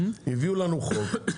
הביאו לנו חוק,